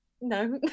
no